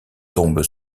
tombent